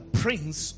prince